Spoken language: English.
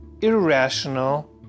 irrational